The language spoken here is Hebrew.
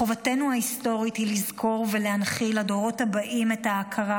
חובתנו ההיסטורית היא לזכור ולהנחיל לדורות הבאים את ההכרה